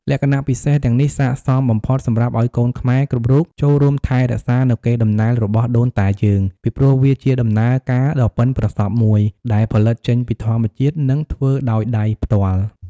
លក្ខណៈពិសេសទាំងនេះស័ក្តិសមបំផុតសម្រាប់ឲ្យកូនខ្មែរគ្រប់រូបចូលរួមថែរក្សានៅកេរតំណែលរបស់ដូនតាយើង ពីព្រោះវាជាដំណើរការដ៏បុិនប្រសព្វមួយ ដែលផលិតចេញពីធម្មជាតិនិងធ្វើដោយដៃផ្ទាល់។